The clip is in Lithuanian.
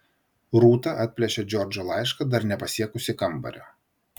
rūta atplėšė džordžo laišką dar nepasiekusi kambario